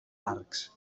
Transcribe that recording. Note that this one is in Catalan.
barx